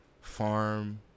farm